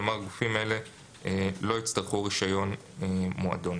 כלומר, הגופים האלה לא יצטרכו רישיון ממועדון.